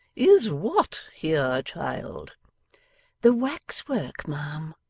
is what here, child the wax-work, ma'am